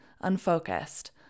unfocused